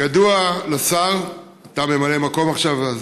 כידוע לשר, אתה ממלא מקום עכשיו, אז